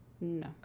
No